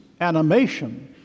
animation